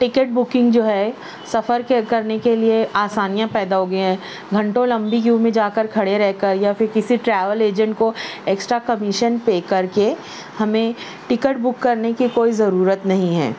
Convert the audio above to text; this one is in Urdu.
ٹکٹ بکنگ جو ہے سفر کے کرنے کے لئے آسانیاں پیدا ہو گئی ہیں گھنٹوں لمبی کیو میں جا کر کھڑے رہ کر یا پھر کسی ٹریول ایجنٹ کو ایکسٹرا کمیشن پے کر کے ہمیں ٹکٹ بک کرنے کی کوئی ضرورت نہیں ہے